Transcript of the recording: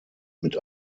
mit